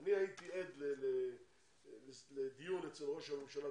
אני הייתי עד לדיון אצל ראש הממשלה,